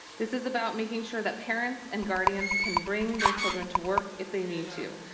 this is about making sure that parents and guardians can bring their children to work if they need to.